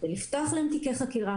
זה לפתוח להם תיקי חקירה,